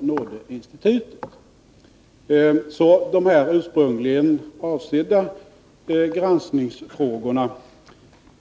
De för granskning ursprungligen avsedda frågorna